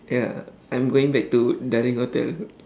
ya I'm going back to hotel